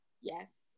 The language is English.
yes